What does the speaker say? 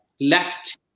left